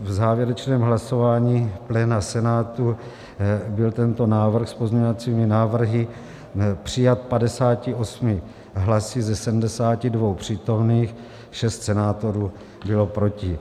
V závěrečném hlasování pléna Senátu byl tento návrh s pozměňovacími návrhy přijat 58 hlasy ze 72 přítomných, 6 senátorů bylo proti.